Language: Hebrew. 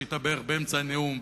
שהיתה בערך באמצע הנאום,